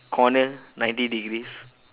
corner ninety degrees